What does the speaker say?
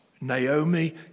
naomi